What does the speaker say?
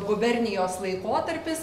gubernijos laikotarpis